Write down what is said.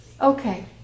Okay